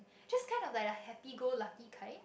just kind of like a happy go lucky kind